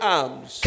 arms